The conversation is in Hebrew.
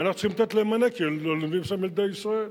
ואנחנו צריכים לתת להם מענה כי לומדים שם ילדי ישראל,